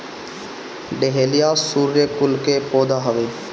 dahlia सूर्यकुल के पौधा हवे